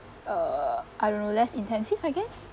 uh I don't know less intensive I guess